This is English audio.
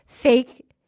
Fake